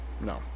no